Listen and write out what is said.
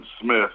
Smith